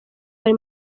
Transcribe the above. bari